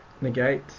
negate